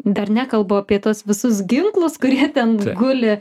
dar nekalbu apie tuos visus ginklus kurie ten guli